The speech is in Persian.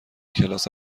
کلاس